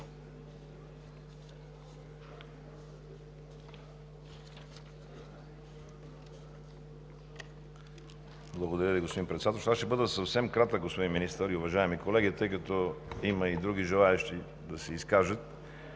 Благодаря Ви, господин Председател. Ще бъда съвсем кратък, господин Министър и уважаеми колеги, тъй като има и други желаещи да се изкажат.